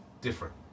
different